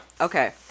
Okay